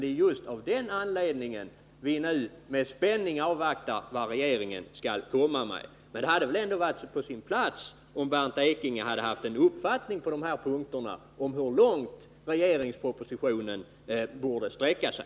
Det är just av den anledningen som vi nu med spänning avvaktar vad regeringen skall komma med. Men det hade varit på sin plats om Bernt Ekinge hade haft en uppfattning om hur långt regeringens proposition bör sträcka sig.